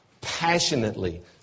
passionately